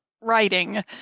writing